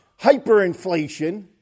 hyperinflation